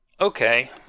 okay